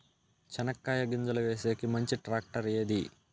చెనక్కాయ గింజలు వేసేకి మంచి టాక్టర్ ఏది?